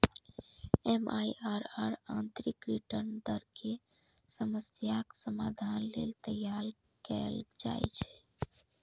MIRR आंतरिक return दर के समस्याक समाधान लेल तैयार कैल जाइ छै